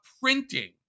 printing